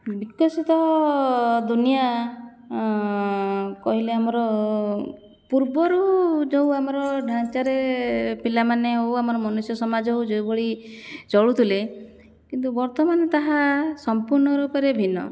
ବିକଶିତ ଦୁନିଆ କହିଲେ ଆମର ପୂର୍ବରୁ ଯେଉଁ ଆମର ଢାଞ୍ଚାରେ ପିଲାମାନେ ହଉ ଆମର ମନୁଷ୍ୟ ସମାଜ ହଉ ଯେଉଁଭଳି ଚଳୁଥିଲେ କିନ୍ତୁ ବର୍ତ୍ତମାନ ତାହା ସମ୍ପୂର୍ଣ୍ଣ ରୂପରେ ଭିନ୍ନ